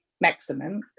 maximum